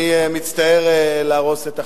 אני מצטער להרוס את החגיגה.